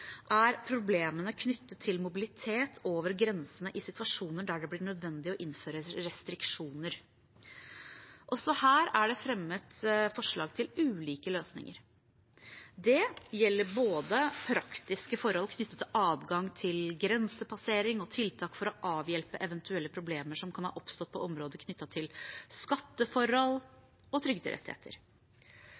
er problemene knyttet til mobilitet over grensene i situasjoner der det blir nødvendig å innføre restriksjoner. Også her er det fremmet forslag til ulike løsninger. Det gjelder både praktiske forhold knyttet til adgang til grensepassering og tiltak for å avhjelpe eventuelle problemer som kan ha oppstått på områder knyttet til skatteforhold og trygderettigheter.